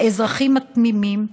האזרחים התמימים.